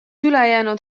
ülejäänud